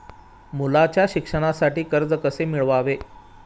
मुलाच्या शिक्षणासाठी कर्ज कसे मिळवावे?